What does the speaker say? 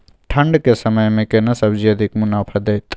ठंढ के समय मे केना सब्जी अधिक मुनाफा दैत?